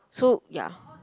so ya